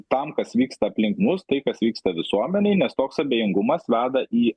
tam kas vyksta aplink mus tai kas vyksta visuomenėj nes toks abejingumas veda į